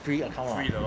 free account ah